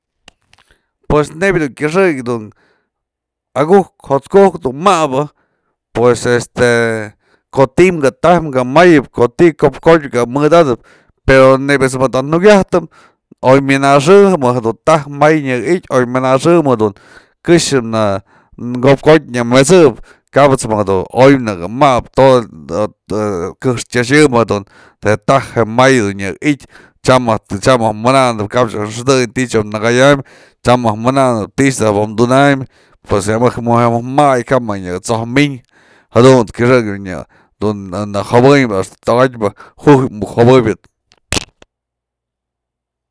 Pues nebya dun kyëxëk dun aku'ujkë jo'ot ku'ukë du ma'abë pues este ko'o ti'i kë taj kë mayëp, kok'o ti'i ko'opkotyë ka mëdatëp pero nebya ejt's da nukyajtëm oymyanaxëjë mëjk du tajmay oy mana xë këxë na ko'opkotyë nya met'sëp kabët's mëjk dun oy nëkë ma'abë këxtyaxë mëjk dun je taj je may tyam mëjk mananëp, kap më mëjk xëdëny ti'i mëjk nëkayam, tyam mëjk mananëp ti'i ech da jabom dunayn, pues je mëjk ma'i kap mëjk nyaka so'oj myn, jadunt's kyëxëk dun nyajobenyë tokatë mëjk ju'uykë muk jobëbyë.